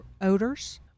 odors